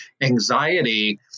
anxiety